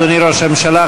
אדוני ראש הממשלה,